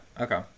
okay